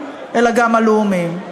אלא גם הלאומי.